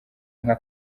nka